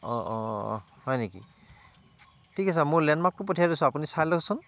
অঁ অঁ অঁ হয় নেকি ঠিক আছে মোৰ লেণ্ডমাৰ্কটো পঠিয়াই দিছোঁ আপুনি চাই লওকচোন